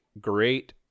great